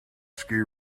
skiing